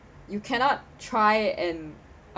you cannot try and